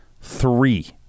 Three